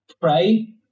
pray